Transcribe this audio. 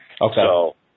Okay